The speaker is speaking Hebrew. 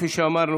כפי שאמרנו,